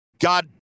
God